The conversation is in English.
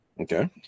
Okay